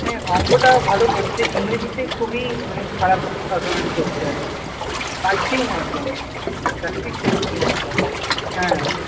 হ্যাঁ অঙ্কটা ভালো করছে ইংরেজিতে খুবই মানে খারাপ পারফরমেন্স করছে আর কি পারছেই না একদম প্র্যাকটিস করছে না ঠিকঠাক হ্যাঁ